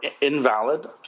invalid